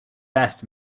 best